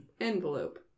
Envelope